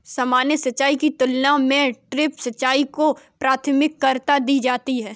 सामान्य सिंचाई की तुलना में ड्रिप सिंचाई को प्राथमिकता दी जाती है